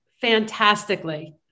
fantastically